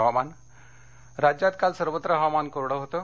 हवामान राज्यात काल सर्वत्र हवामान कोरडं होतं